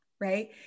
right